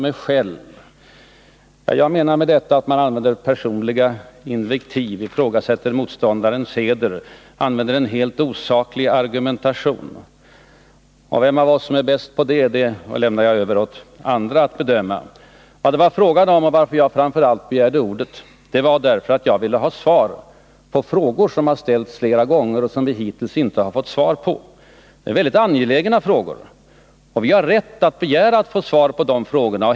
Med det menar jag att man använder personliga invektiv, ifrågasätter motståndarens heder och använder en helt osaklig argumentation. Vem av oss som är bäst på sådant överlåter jag åt andra att bedöma. Vad det var fråga om och varför jag framför allt begärde ordet var att jag ville ha svar på frågor som har ställts flera gånger och som vi hittills inte har fått svar på. Det är mycket angelägna frågor, och vi har rätt att begära att få svar på dem.